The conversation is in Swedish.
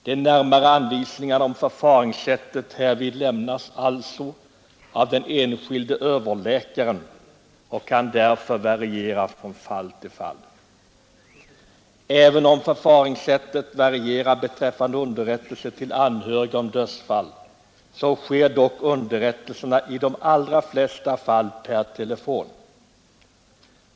De närmare anvisningarna om förfaringssättet lämnas alltså av den enskilde överläkaren och kan därför variera från fall till fall. Även om förfaringssättet varierar, sker dock underrättelserna i de allra flesta fall per telefon.